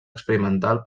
experimental